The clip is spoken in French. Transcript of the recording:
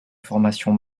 formations